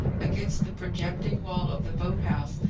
against the projecting wall of the boat-house,